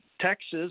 Texas